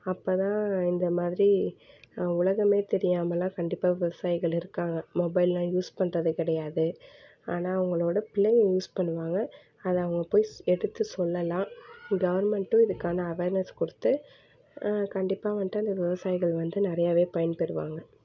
அப்போதான் இந்த மாதிரி உலகமே தெரியாமலாம் கண்டிப்பாக விவசாயிகள் இருக்காங்கள் மொபைல்லாம் யூஸ் பண்ணுறது கிடையாது ஆனால் அவங்களோட பிள்ளைங்கள் யூஸ் பண்ணுவாங்கள் அதை அவங்க போய் ஸ் எடுத்து சொல்லலாம் கவுர்மெண்ட்டும் இதுக்கான அவேர்நெஸ் கொடுத்து கண்டிப்பா வந்ட்டு அந்த விவசாயிகள் வந்து நிறையாவே பயன்பெறுவாங்கள்